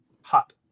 hot